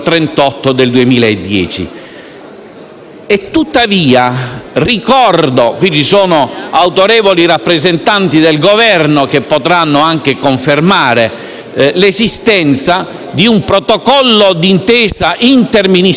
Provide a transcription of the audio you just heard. Tuttavia, io ricordo (e qui ci sono autorevoli rappresentanti del Governo che potranno anche confermare) l'esistenza di un protocollo di intesa interministeriale, recentemente siglato